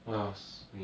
what else wait